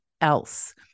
else